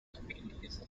communities